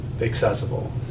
accessible